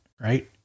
right